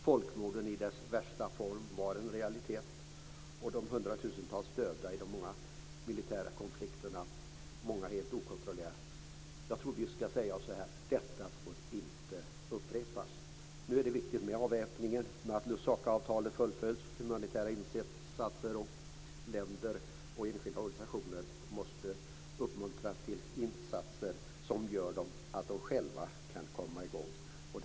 Folkmord i dess värsta form var en realitet, liksom de hundratusentals döda i de många militära konflikterna, varav många är helt okontrollerade. Vi måste säga så här: Detta får inte upprepas! Nu är det viktigt med avväpning, att Lusakaavtalet fullföljs, att humanitära insatser görs och att länder och enskilda organisationer uppmuntras till insatser som gör att de själva kan komma i gång.